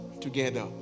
together